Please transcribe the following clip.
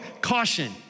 caution